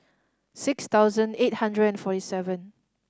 six thousand eight hundred and forty seven